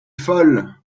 folle